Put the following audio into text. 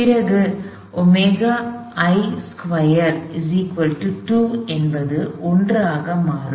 பிறகு என்பது 1 ஆக மாறும்